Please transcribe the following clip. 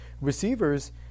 receivers